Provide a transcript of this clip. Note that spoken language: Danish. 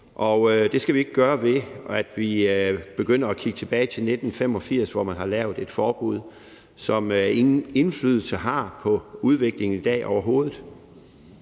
det skal vi ikke gøre ved at begynde at kigge tilbage til 1985, hvor man lavede et forbud, som overhovedet ingen indflydelse har på udviklingen i dag.